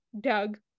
Doug